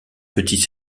petits